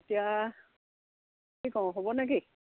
এতিয়া কি কওঁ হ'ব নে কি